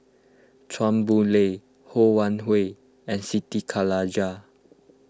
Chua Boon Lay Ho Wan Hui and Siti Khalijah